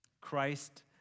Christ